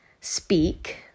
speak